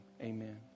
Amen